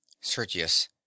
Sergius